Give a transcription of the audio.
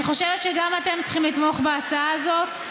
אני חושבת שגם אתם צריכים לתמוך בהצעה הזאת,